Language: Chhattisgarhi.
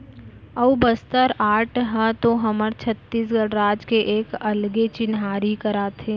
अऊ बस्तर आर्ट ह तो हमर छत्तीसगढ़ राज के एक अलगे चिन्हारी कराथे